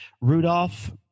Rudolph